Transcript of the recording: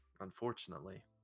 Unfortunately